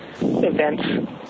events